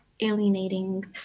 alienating